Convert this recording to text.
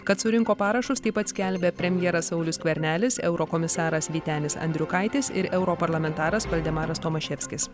kad surinko parašus taip pat skelbia premjeras saulius skvernelis eurokomisaras vytenis andriukaitis ir europarlamentaras valdemaras tomaševskis